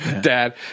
dad